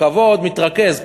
הכבוד מתרכז.